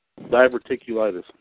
Diverticulitis